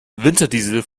winterdiesel